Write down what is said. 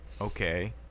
okay